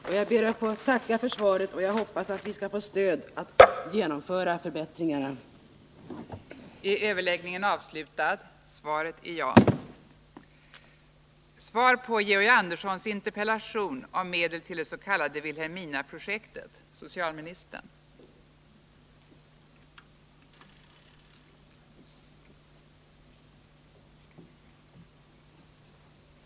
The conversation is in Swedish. Jag tackar än en gång för svaret och hoppas att vi skall få stöd för att genomföra de förbättringar som behövs.